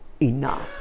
enough